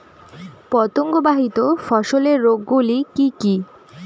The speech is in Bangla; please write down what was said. পতঙ্গবাহিত ফসলের রোগ গুলি কি কি?